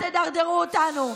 תקנון הכנסת, עד לאן תדרדרו אותנו?